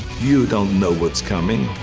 you don't know what's coming,